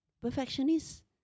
perfectionist